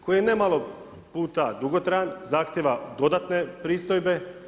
koje je ne malo puta dugotrajan, zahtjeva dodatne pristojbe.